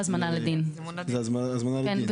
זאת הזמנה לדין,